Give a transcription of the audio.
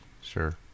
Sure